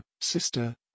sister